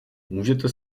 můžete